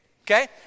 Okay